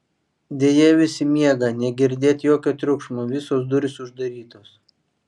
deja visi miega negirdėt jokio triukšmo visos durys uždarytos